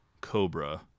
cobra